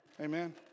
Amen